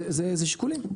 זה שיקולים.